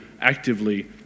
actively